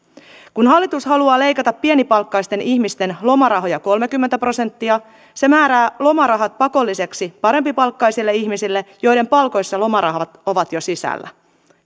kun hallitus haluaa leikata pienipalkkaisten ihmisten lomarahoja kolmekymmentä prosenttia se määrää lomarahat pakolliseksi parempipalkkaisille ihmisille joiden palkoissa lomarahat ovat jo sisällä